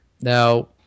Now